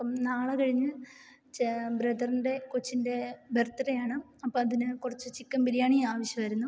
അപ്പം നാളെ കഴിഞ്ഞ് ബ്രദറിൻ്റെ കൊച്ചിൻ്റെ ബർത്ത് ഡേ ആണ് അപ്പം അതിന് കുറച്ച് ചിക്കൻ ബിരിയാണി ആവശ്യമായിരുന്നു